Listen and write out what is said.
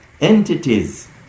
entities